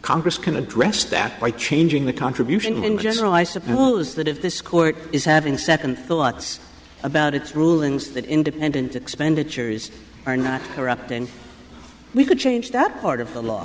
congress can address that by changing the contribution in general i suppose that if this court is having second thoughts about its rulings that independent expenditures are not corrupt and we could change that part of the law